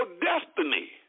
destiny